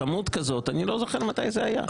כמות כזאת אני לא זוכר מתי זה היה.